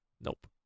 Nope